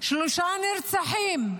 שלושה נרצחים,